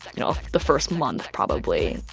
you know, the first month, probably.